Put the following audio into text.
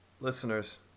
listeners